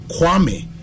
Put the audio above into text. Kwame